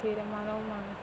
തീരുമാനവുമാണ്